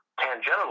tangential